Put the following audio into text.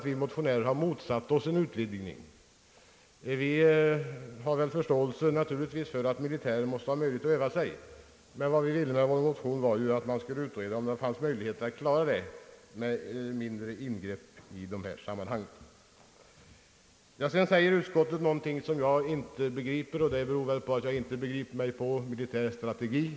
Vi motionärer har inte motsatt oss en utvidgning. Vi hyser naturligtvis förståelse för att militärerna måste ha möjlighet att öva sig, men vad vi ville med vår motion var att man skulle utreda om det fanns möjlighet att klara frågan med ett mindre ingrepp. Utskottet säger sedan någonting som jag inte begriper; och det beror väl på att jag inte förstår mig på den militära strategin.